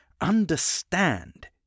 understand